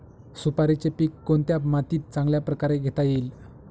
सुपारीचे पीक कोणत्या मातीत चांगल्या प्रकारे घेता येईल?